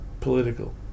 political